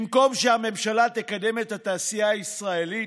במקום שהממשלה תקדם את התעשייה הישראלית,